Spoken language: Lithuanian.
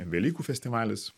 velykų festivalis